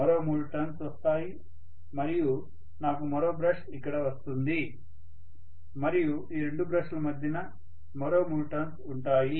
మరో మూడు టర్న్స్ వస్తాయి మరియు నాకు మరో బ్రష్ ఇక్కడ వస్తుంది మరియు ఈ రెండు బ్రష్ల మధ్య మరో మూడు టర్న్స్ ఉంటాయి